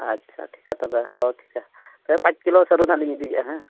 ᱟᱪᱪᱷᱟ ᱴᱷᱤᱠᱟ ᱛᱚᱵᱮ ᱦᱮᱸ ᱴᱷᱤᱠᱟ ᱛᱚᱵᱮ ᱯᱟᱸᱪ ᱠᱤᱞᱳ ᱥᱟᱹᱨᱩ ᱱᱟᱦᱟᱜᱞᱤᱧ ᱤᱫᱤᱭᱮᱫᱼᱟ ᱦᱮᱸ